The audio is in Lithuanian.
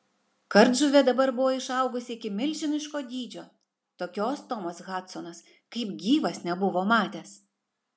kardžuvė dabar buvo išaugus iki milžiniško dydžio tokios tomas hadsonas kaip gyvas nebuvo matęs